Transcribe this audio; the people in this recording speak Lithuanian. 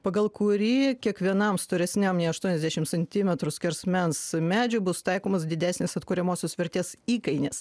pagal kurį kiekvienam storesniam nei aštuoniasdešims centrimetrų skersmens medžiui bus taikomas didesnis atkuriamosios vertės įkainis